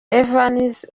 evans